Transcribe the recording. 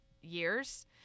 years